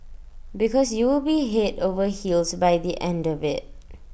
because you will be Head over heels by the end of IT